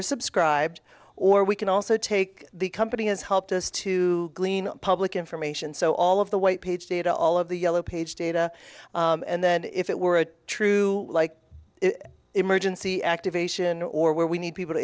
are subscribed or we can also take the company has helped us to glean public information so all of the white page data all of the yellow page data and then if it were a true like emergency activation or where we need people to